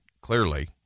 clearly